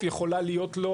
מה שמכונה אדפטציה.